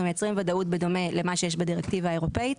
מייצרים ודאות בדומה למה שיש בדירקטיבה האירופאית,